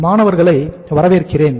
மாணவர்களை வரவேற்கிறேன்